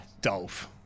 Dolph